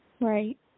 Right